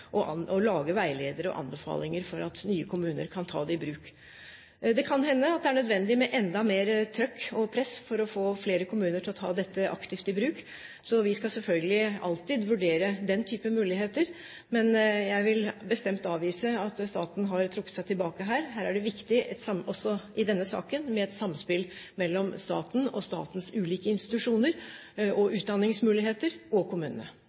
og lage veiledere og anbefalinger slik at nye kommuner kan ta det i bruk. Det kan hende at det er nødvendig med enda mer trøkk og press for å få flere kommuner til å ta dette aktivt i bruk, så vi skal selvfølgelig alltid vurdere den type muligheter. Men jeg vil bestemt avvise at staten har trukket seg tilbake her. Her er det viktig også i denne saken med et samspill mellom staten og statens ulike institusjoner og utdanningsmuligheter, og kommunene.